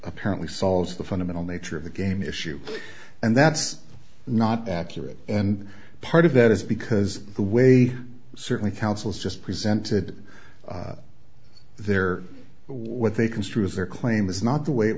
apparently solves the fundamental nature of the game issue and that's not accurate and part of that is because the way certainly councils just presented their what they construe as their claim is not the way it